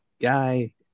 guy